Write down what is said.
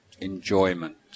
enjoyment